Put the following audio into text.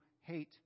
hate